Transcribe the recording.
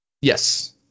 Yes